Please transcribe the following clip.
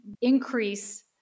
increase